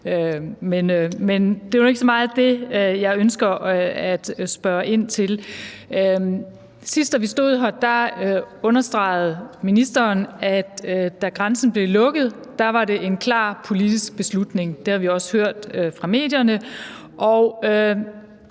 Men det er nu ikke så meget det, jeg ønsker at spørge ind til. Da vi stod her sidst, understregede ministeren, at da grænsen blev lukket, var det en klar politisk beslutning – det har vi også hørt fra medierne